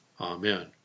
Amen